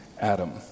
Adam